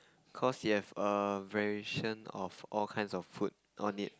cause it have a variation of all kinds of fruit on it